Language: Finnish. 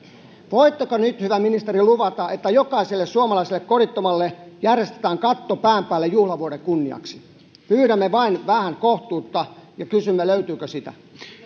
voitteko nyt hyvä ministeri luvata että jokaiselle suomalaiselle kodittomalle järjestetään katto pään päälle juhlavuoden kunniaksi pyydämme vain vähän kohtuutta ja kysymme löytyykö sitä